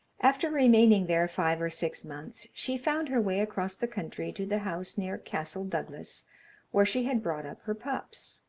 after remaining there five or six months, she found her way across the country to the house near castle douglas where she had brought up her pups.